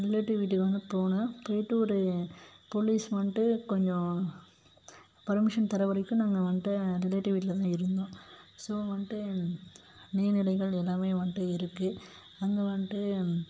relative வீட்டுக்கு வந்து போனோம் போயிட்டு ஒரு போலீஸ் வந்துட்டு கொஞ்சம் பர்மிஷன் தர வரைக்கும் நாங்கள் வந்துட்டு ரிலேட்டிவ் வீட்டில் தான் இருந்தோம் ஸோ வந்துட்டு நீர்நிலைகள் எல்லாமே வந்துட்டு இருக்குது அங்கே வந்துட்டு